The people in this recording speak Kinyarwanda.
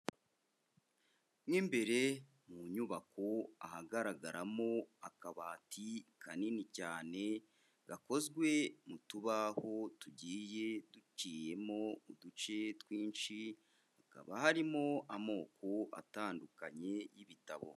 Mo imbere mu nyubako ahagaragaramo akabati kanini cyane, gakozwe mu tubaho tugiye duciyemo uduce twinshi, hakaba harimo amoko atandukanye y'ibitabo.